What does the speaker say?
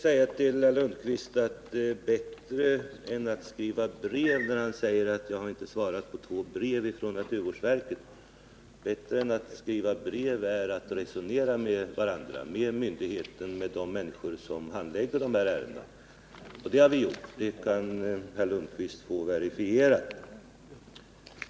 Herr talman! Jag vill säga till herr Lundkvist, när han anför att jag inte har svarat på två brev från naturvårdsverket, att bättre än att skriva brev är att resonera med myndigheten och med de människor som handlägger ärendena. Det har vi gjort, och det kan herr Lundkvist få verifierat.